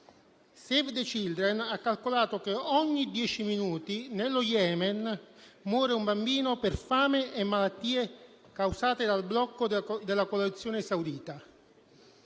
Save the Children ha calcolato che ogni dieci minuti nello Yemen muore un bambino per fame e malattie causate dal blocco della coalizione saudita.